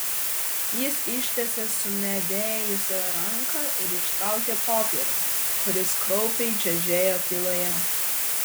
jis ištiesė sumedėjusią ranką ir ištraukė popierių kuris kraupiai čežėjo tyloje